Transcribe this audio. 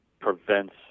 prevents